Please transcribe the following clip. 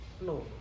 no